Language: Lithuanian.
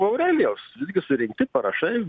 aurelijaus surinkti parašai